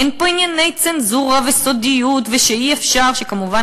אין פה ענייני צנזורה וסודיות ושאי-אפשר וכמובן,